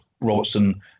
Robertson